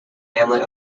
hamlet